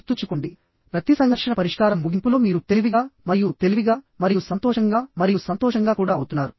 గుర్తుంచుకోండి ప్రతి సంఘర్షణ పరిష్కారం ముగింపులో మీరు తెలివిగా మరియు తెలివిగా మరియు సంతోషంగా మరియు సంతోషంగా కూడా అవుతున్నారు